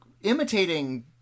imitating